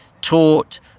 taught